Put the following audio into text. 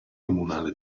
comunale